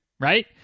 right